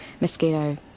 Mosquito